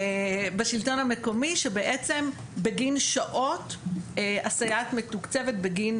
בשלטון המקומי שבעצם בגין שעות הסייעת מתוקצבת בגין